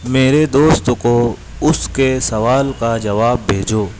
میرے دوست کو اس کے سوال کا جواب بھیجو